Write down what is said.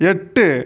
எட்டு